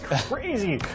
crazy